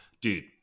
Dude